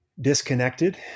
disconnected